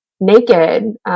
naked